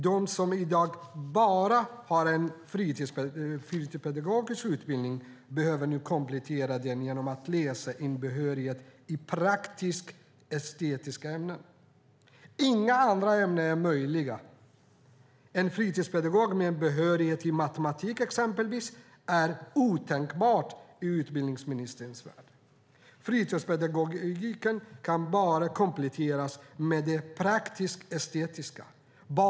De som i dag så att säga bara har en fritidspedagogutbildning behöver nu komplettera den genom att läsa in behörighet i praktisk-estetiska ämnen. Inga andra ämnen är möjliga. Det är otänkbart med en fritidspedagog med behörighet i exempelvis matematik i utbildningsministerns värld. Fritidspedagogyrket kan bara kompletteras med praktisk-estetiska ämnen.